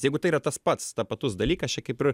jeigu tai yra tas pats tapatus dalykas čia kaip ir